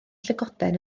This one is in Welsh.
llygoden